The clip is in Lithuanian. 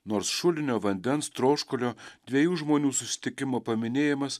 nors šulinio vandens troškulio dviejų žmonių susitikimo paminėjimas